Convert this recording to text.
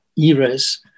eras